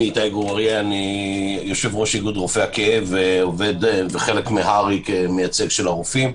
אני יושב-ראש איגוד רופאי הכאב וחלק מהר"י כמייצג של הרופאים.